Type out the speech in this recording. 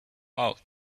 out